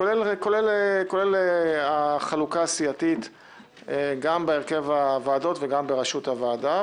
כולל החלוקה הסיעתית גם בהרכב הוועדות וגם בראשות הוועדות.